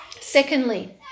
Secondly